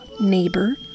neighbor